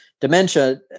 dementia